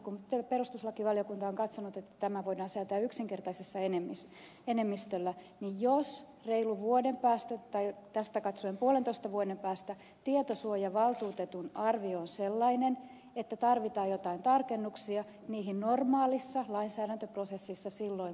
kun perustuslakivaliokunta on katsonut että tämä voidaan säätää yksinkertaisella enemmistöllä niin jos reilun vuoden päästä tai tästä katsoen puolentoista vuoden päästä tietosuojavaltuutetun arvio on sellainen että tarvitaan joitakin tarkennuksia niihin normaalissa lainsäädäntöprosessissa silloin varmasti palataan